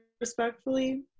respectfully